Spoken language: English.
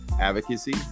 advocacy